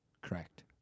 Correct